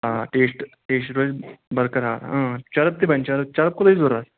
آ test test روزِ برقرار چرٕب تہ بَنہِ چرٕب چرٕب کوٗتاہ چھُ ضروٗرت